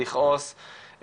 לכעוס,